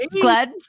glad